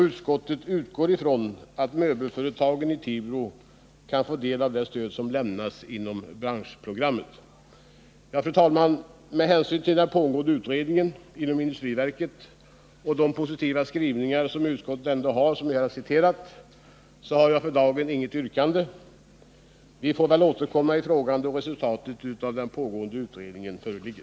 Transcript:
Utskottet utgår från att möbelföretagen i Tibro kan få del av det stöd som lämnas inom branschprogrammet.” Fru talman! Med hänsyn till den pågående utredningen inom industriverket och de positiva skrivningar som utskottet ändå gör, som jag har citerat, har jag för dagen inget yrkande. Vi får väl återkomma till frågan då resultatet av den pågående utredningen föreligger.